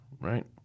right